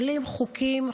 עולים חוקים,